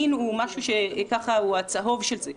המין הוא הצהוב שבזה.